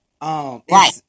Right